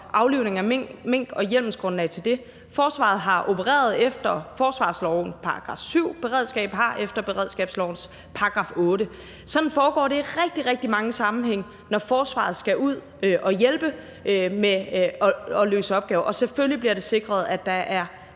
aflivning af mink og hjemmelsgrundlaget for det. Forsvaret har opereret efter forsvarslovens § 7 og beredskabet efter beredskabslovens § 8. Sådan foregår det i rigtig, rigtig mange sammenhænge, når forsvaret skal ud og hjælpe med at løse opgaver. Selvfølgelig bliver det sikret, at der er